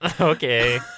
Okay